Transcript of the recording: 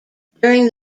during